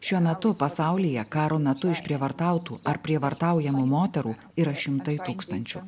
šiuo metu pasaulyje karo metu išprievartautų ar prievartaujamų moterų yra šimtai tūkstančių